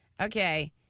okay